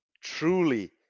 truly